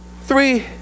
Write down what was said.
three